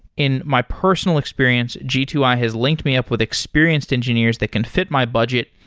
in my personal experience, g two i has linked me up with experienced engineers that can fit my budget,